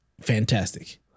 fantastic